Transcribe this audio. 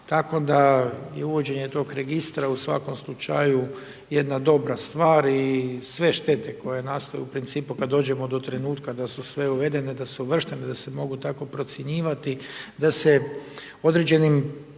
tako da je uvođenje tog registra u svakoj slučaju jedna dobra stvar i sve štete koje nastaju u principu kad dođemo do trenutka da su sve uvedene, da su uvrštene, da se mogu tako procjenjivati, da se određenim